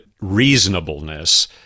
reasonableness